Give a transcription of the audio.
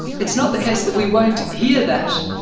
it's not the case that we won't hear that,